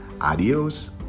Adios